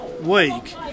week